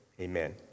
amen